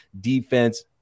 defense